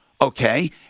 Okay